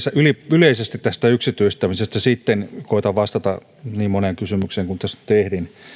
yleisesti tästä yksityistämisestä sitten koetan vastata niin moneen kysymykseen kuin tässä ehdin